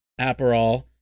aperol